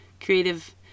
creative